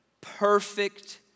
perfect